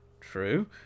True